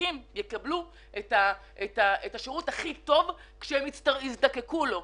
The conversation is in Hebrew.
שהמבוטחים יקבלו את השירות הכי טוב כשהם יזדקקו לו.